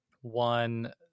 one